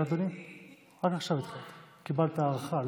קיבלת הארכה,